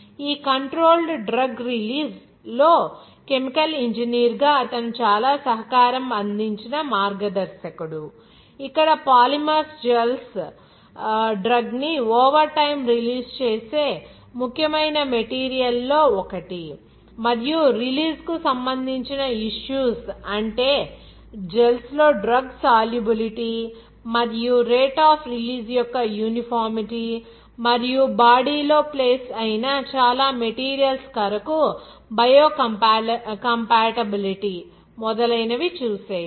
ఈ controlled drug release లో chemical ఇంజనీర్గా అతను చాలా సహకారం అందించిన మార్గదర్శకుడు ఇక్కడ పాలిమర్స్ జెల్స్ డ్రగ్ ని ఓవర్ టైమ్ రిలీజ్ చేసే ముఖ్యమైన మెటీరియల్ లో ఒకటి మరియు రిలీజ్ కు సంబంధించిన ఇష్యూస్ అంటే జెల్స్ లో డ్రగ్ సాల్యుబిలిటీ మరియు రేట్ ఆఫ్ రిలీజ్ యొక్క యూనిఫామిటీ మరియు బాడీ లో ప్లేస్ ఐన చాలా మెటీరియల్స్ కొరకు బయో కంపాటిబిలిటీ మొదలైనవి చూసేది